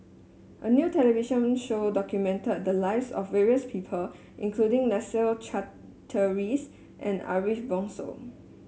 a new television show documented the lives of various people including Leslie Charteris and Ariff Bongso